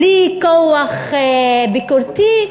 בלי כוח ביקורתי,